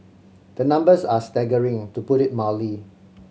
the numbers are staggering to put it mildly